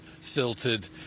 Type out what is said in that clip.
silted